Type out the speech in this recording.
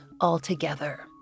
altogether